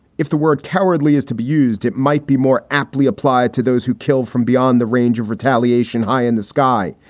if the word cowardly is to be used, it might be more aptly applied to those who kill from beyond the range of retaliation. high in the sky,